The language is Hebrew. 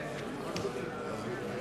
אדוני היושב-ראש,